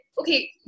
okay